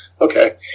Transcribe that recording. okay